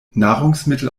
nahrungsmittel